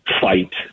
fight